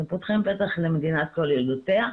אתם פותחים פתח למדינת כל ילדותיה.